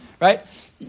right